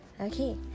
okay